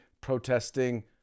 protesting